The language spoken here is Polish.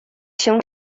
się